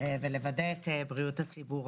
ולוודא את בריאות הציבור.